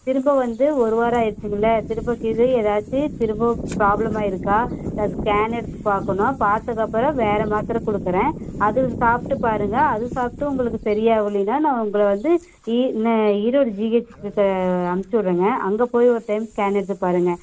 திரும்ப வந்து ஒரு வாரம் ஆயிடுச்சுங்களே திரும்ப கிது ஏதாச்சும் திரும்பவும் ப்ராப்ளம் ஆகிருக்கா இல்லை ஸ்கேன் எடுத்து பார்க்கணும் பார்த்ததுக்கப்பறம் வேறு மாத்தரை கொடுக்குறேன் அதுவும் சாப்பிட்டு பாருங்க அது சாப்பிட்டும் சரியாக ஆகலைன்னா நான் உங்களை வந்து ஈ ஈரோடு ஜிஹெச்க்கு அம்ச்சு விடறேங்க அங்கே போய் ஒரு டைம் ஸ்கேன் எடுத்து பாருங்கள்